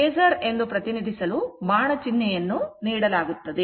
ಅದು ಫೇಸರ್ ಎಂದು ಪ್ರತಿನಿಧಿಸಲು ಬಾಣ ಚಿಹ್ನೆಯನ್ನು ನೀಡಲಾಗುತ್ತದೆ